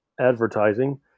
advertising